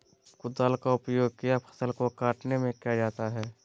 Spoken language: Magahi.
कुदाल का उपयोग किया फसल को कटने में किया जाता हैं?